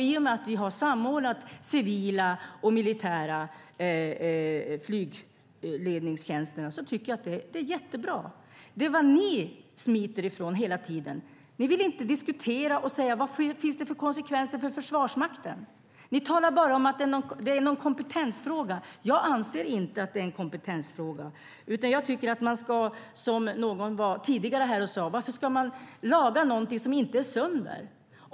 I och med att vi har samordnat civila och militära flygledningstjänster tycker jag att det är jättebra. Det är ni som smiter ifrån hela tiden. Ni vill inte diskutera vad det finns för konsekvenser för Försvarsmakten. Ni talar bara om att det är en kompetensfråga. Jag anser inte att det är en kompetensfråga. Som någon sade tidigare, varför ska man laga någonting som inte är sönder?